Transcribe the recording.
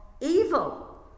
evil